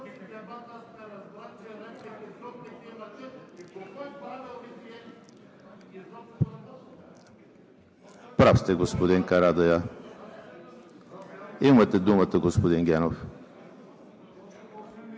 Прав сте, господин Карадайъ. Имате думата, господин Генов.